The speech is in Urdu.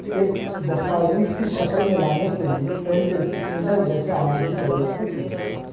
ایک دستاویز کی شکل میں لانے کے لئے پرنٹ جیسے پرنٹر جیسے آلے کی ضرورت ہوتی ہے